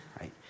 right